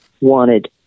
wanted